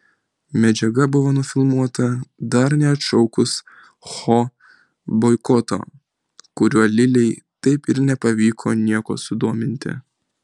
medžiaga buvo nufilmuota dar neatšaukus ho boikoto kuriuo lilei taip ir nepavyko nieko sudominti